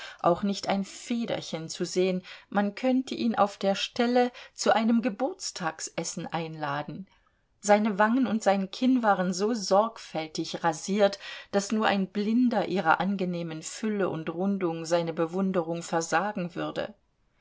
auch nicht ein federchen zu sehen man könnte ihn auf der stelle zu einem geburtstagsessen einladen seine wangen und sein kinn waren so sorgfältig rasiert daß nur ein blinder ihrer angenehmen fülle und rundung seine bewunderung versagen würde